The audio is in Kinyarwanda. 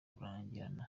kurangirana